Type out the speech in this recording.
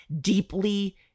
deeply